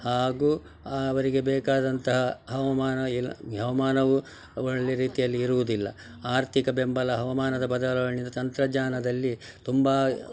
ಹಾಗೂ ಅವರಿಗೆ ಬೇಕಾದಂತಹ ಹವಾಮಾನ ಇಲ ಹವಾಮಾನವೂ ಒಳ್ಳೆ ರೀತಿಯಲ್ಲಿ ಇರುವುದಿಲ್ಲ ಆರ್ಥಿಕ ಬೆಂಬಲ ಹವಾಮಾನದ ಬದಲಾವಣೆ ತಂತ್ರಜ್ಞಾನದಲ್ಲಿ ತುಂಬ